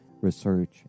research